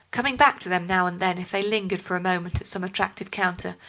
coming back to them now and then if they lingered for a moment at some attractive counter,